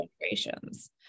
generations